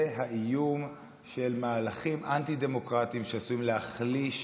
זה האיום של מהלכים אנטי-דמוקרטיים שעשויים להחליש